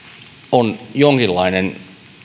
on jonkinlainen